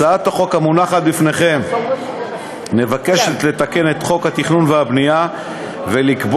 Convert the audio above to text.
הצעת החוק המונחת בפניכם מבקשת לתקן את חוק התכנון והבנייה ולקבוע